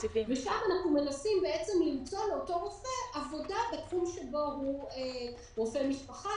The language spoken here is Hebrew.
ושם אנחנו מנסים למצוא לאותו רופא עבודה בתחום שבו הוא מתמחה משפחה,